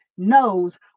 knows